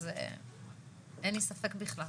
אז אין לי ספק בכלל.